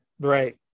Right